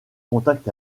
contact